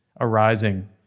arising